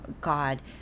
God